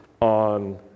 on